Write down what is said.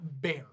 bear